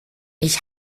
ich